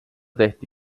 tehti